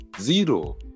zero